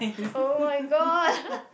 oh-my-god